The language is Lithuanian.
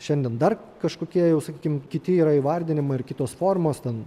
šiandien dar kažkokie jau sakykim kiti yra įvardinimai ir kitos formos ten